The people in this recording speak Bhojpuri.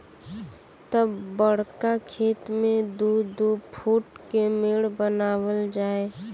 तब बड़का खेत मे दू दू फूट के मेड़ बनावल जाए